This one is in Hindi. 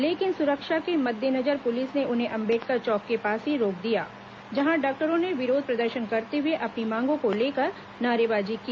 लेकिन सुरक्षा के मद्देनजर पुलिस ने उन्हें अम्बेडकर चौक के पास ही रोक दिया जहां डॉक्टरों ने विरोध प्रदर्शन करते हुए अपनी मांगों को लेकर नारेबाजी की